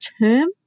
term